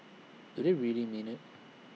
do they really mean IT